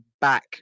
back